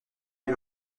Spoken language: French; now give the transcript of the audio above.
lui